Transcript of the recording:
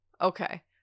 Okay